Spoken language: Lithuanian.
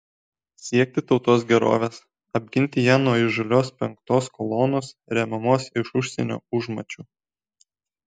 siekti tautos gerovės apginti ją nuo įžūlios penktos kolonos remiamos iš užsienio užmačių